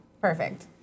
Perfect